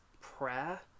prayer